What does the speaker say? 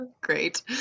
Great